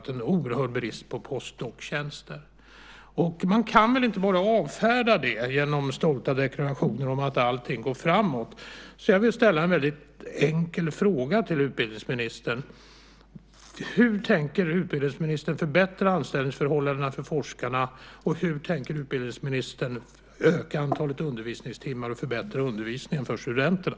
Det är en oerhörd brist på postdoktjänster. Man kan väl inte bara avfärda det med stolta deklarationer om att allting går framåt. Jag vill ställa en väldigt enkel fråga till utbildningsministern: Hur tänker utbildningsministern förbättra anställningsförhållandena för forskarna, öka antalet undervisningstimmar och förbättra undervisningen för studenterna?